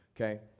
Okay